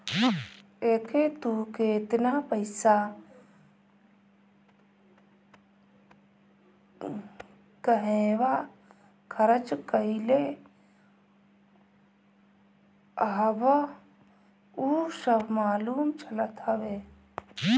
एके तू केतना पईसा कहंवा खरच कईले हवअ उ सब मालूम चलत हवे